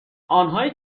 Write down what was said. آنهایی